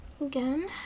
again